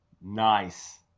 nice